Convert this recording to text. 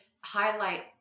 highlight